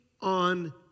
on